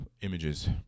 images